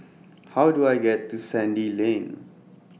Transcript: How Do I get to Sandy Lane